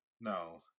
No